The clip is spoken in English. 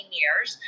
years